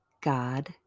God